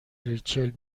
ریچل